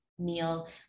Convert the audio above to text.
meal